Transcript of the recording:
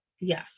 Yes